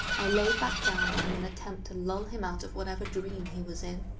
i laid back down in and attempt to lull him out of whatever dream he was in.